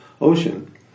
ocean